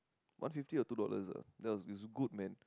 one fifty or two dollars ah that was it's good man